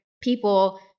people